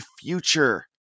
future